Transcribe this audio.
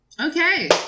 Okay